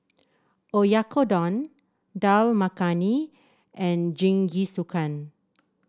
Oyakodon Dal Makhani and Jingisukan